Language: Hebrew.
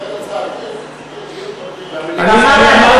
הצעתי היא שיהיה דיון במליאה.